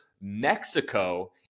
Mexico